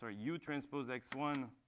ah u transpose x one